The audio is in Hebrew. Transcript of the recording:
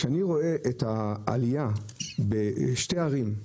כשאני רואה את העלייה בשתי ערים,